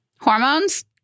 Hormones